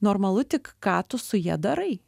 normalu tik ką tu su ja darai